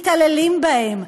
מתעללים בהם.